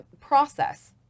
process